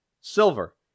Silver